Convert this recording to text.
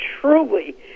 truly